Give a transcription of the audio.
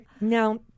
Now